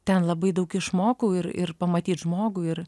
ten labai daug išmokau ir ir pamatyt žmogų ir